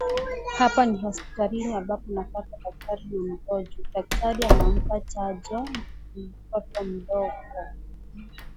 Hapa ni hospitalini ambapo napata daktari na mgonjwa , daktari anampa chanjo mtoto mdogo.